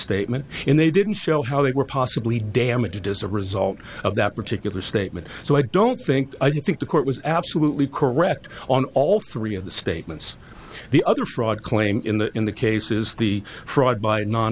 statement and they didn't show how they were possibly damaged as a result of that particular statement so i don't think i think the court was absolutely correct on all three of the statements the other fraud claim in the case is the fraud by non